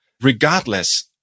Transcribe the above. regardless